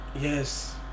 Yes